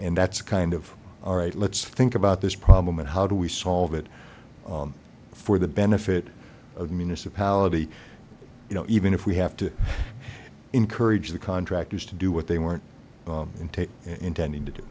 and that's kind of all right let's about this problem and how do we solve it for the benefit of municipality you know even if we have to encourage the contractors to do what they were and take intending to do